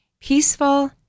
Peaceful